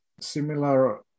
similar